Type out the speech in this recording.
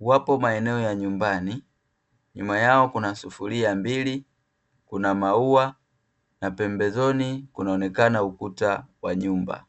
Wapo maeneo ya nyumbani, nyuma yao kuna sufuria mbili, kuna maua na pembezoni kunaonekana ukuta wa nyumba.